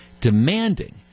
demanding